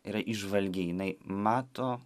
yra įžvalgi jinai mato